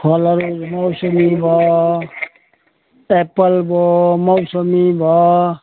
फलहरू मौसमी भयो एप्पल भयो मौसमी भयो